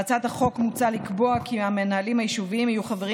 בהצעת החוק מוצע לקבוע כי המנהלים היישוביים יהיו חברים